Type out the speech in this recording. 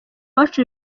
uwacu